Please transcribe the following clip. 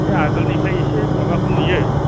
बे आगोलनिफ्राय एसे माबखौ नुयो